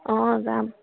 অঁ যাম